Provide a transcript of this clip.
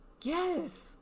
yes